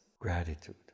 gratitude